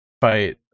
fight